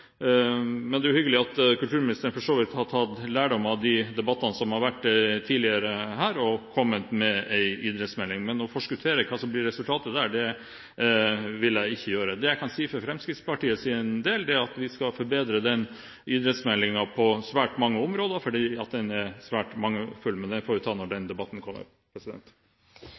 Men det er jo hyggelig at kulturministeren for så vidt har tatt lærdom av de debattene som har vært her tidligere, og kommet med en idrettsmelding. Men å forskuttere hva som blir resultatet der, vil ikke jeg gjøre. Det jeg kan si for Fremskrittspartiets del, er at vi skal forbedre den idrettsmeldingen på svært mange områder, for den er svært mangelfull. Men det får vi ta når den debatten kommer.